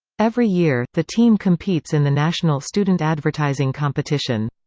every year, the team competes in the national student advertising competition.